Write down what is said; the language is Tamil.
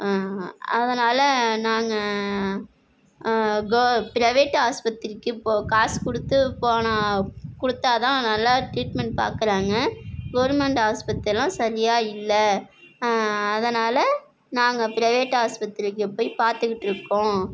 அதனால் நாங்கள் கோ ப்ரேவேட் ஆஸ்பத்திரிக்கு போக காசு கொடுத்து போனால் கொடுத்தாதான் நல்லா டிரீட்மென்ட் பாக்கறாங்க கவர்மெண்ட் ஆஸ்பத்திரிலாம் சரியாக இல்லை அதனால் நாங்கள் ப்ரைவேட் ஆஸ்பத்திரிக்கு போய் பார்த்துகிட்ருக்கோம்